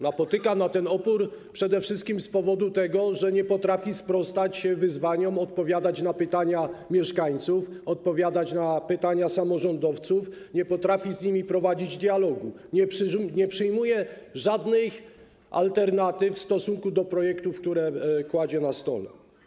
Napotyka na ten opór przede wszystkim z powodu tego, że nie potrafi sprostać wyzwaniom, odpowiadać na pytania mieszkańców, odpowiadać na pytania samorządowców, nie potrafi prowadzić z nimi dialogu, nie akceptuje żadnych alternatyw w stosunku do projektów, które kładzie na stole.